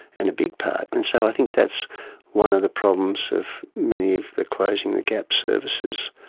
and a big part. and so i think that's one of the problems of many of the closing the gap services,